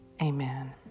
Amen